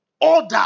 Order